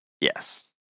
Yes